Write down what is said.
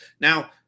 Now